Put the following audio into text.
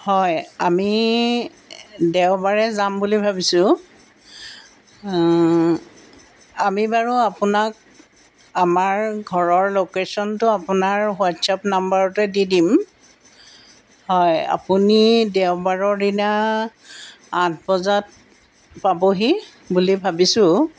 হয় আমি দেওবাৰে যাম বুলি ভাবিছোঁ আমি বাৰু আপোনাক আমাৰ ঘৰৰ লোকেশ্যনটো আপোনাৰ হোৱাটছএপ নম্বৰতে দি দিম হয় আপুনি দেওবাৰৰ দিনা আঠ বজাত পাবহি বুলি ভাবিছোঁ